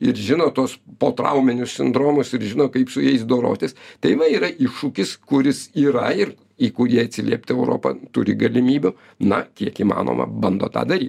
ir žino tuos potrauminius sindromus ir žino kaip su jais dorotis tai va yra iššūkis kuris yra ir į kurį atsiliepti europa turi galimybių na kiek įmanoma bando tą daryt